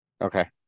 Okay